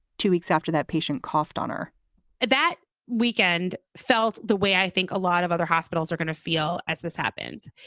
two weeks after that patient coughed on her that weekend felt the way i think a lot of other hospitals are gonna feel as this happens.